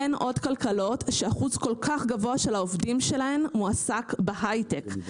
אין עוד כלכלות שאחוז כל כך גבוה של העובדים שלהם מועסק בהיי-טק.